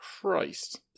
Christ